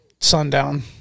sundown